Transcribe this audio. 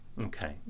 Okay